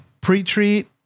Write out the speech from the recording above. Pre-treat